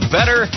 Better